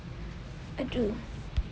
I do